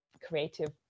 creative